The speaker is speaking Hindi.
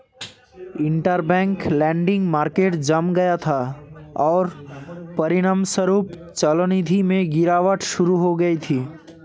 इंटरबैंक लेंडिंग मार्केट जम गया था, और परिणामस्वरूप चलनिधि में गिरावट शुरू हो गई थी